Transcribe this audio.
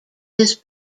his